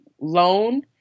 loan